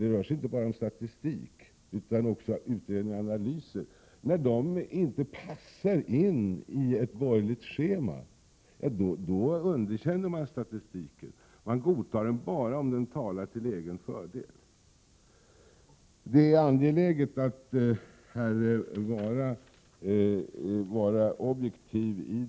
Det rör sig inte endast om statistik, utan även om utredningar och analyser. Man godtar från borgerlig sida statistiken endast om den talar till egen fördel. Det är angeläget att här vara objektiv.